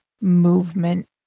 movement